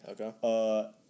okay